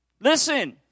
Listen